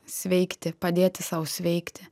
sveikti padėti sau sveikti